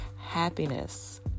happiness